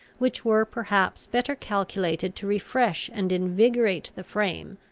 which were perhaps better calculated to refresh and invigorate the frame,